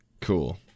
Cool